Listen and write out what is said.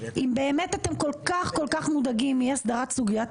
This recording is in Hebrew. אם באמת אתם כל כך כל כך מודאגים מאי הסדרת סוגיית